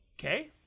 Okay